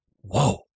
whoa